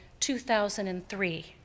2003